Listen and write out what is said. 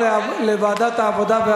לדיון מוקדם בוועדת העבודה,